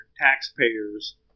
taxpayers